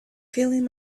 feeling